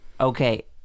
okay